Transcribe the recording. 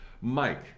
Mike